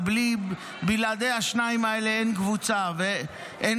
ובלעדי השניים האלה אין קבוצה ואין